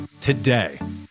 today